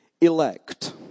elect